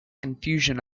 confusion